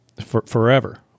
forever